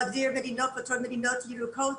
להגדיר מדינות בתור מדינות ירוקות,